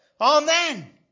Amen